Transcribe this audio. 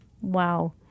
wow